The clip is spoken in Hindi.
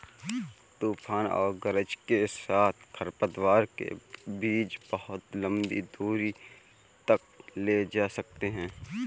तूफान और गरज के साथ खरपतवार के बीज बहुत लंबी दूरी तक ले जा सकते हैं